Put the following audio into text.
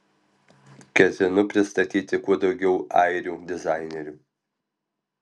ketinu pristatyti kuo daugiau airių dizainerių